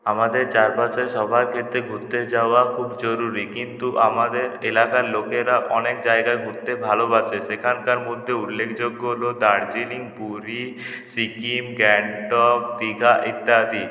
আমাদের চারপাশে সবার ক্ষেত্রে ঘুরতে যাওয়া খুব জরুরি কিন্তু আমাদের এলাকার লোকেরা অনেক জায়গার ঘুরতে ভালোবাসে সেখানকার মধ্যে উল্লেখযোগ্য হল দার্জিলিং পুরী সিকিম গ্যাংটক দীঘা ইত্যাদি